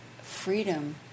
freedom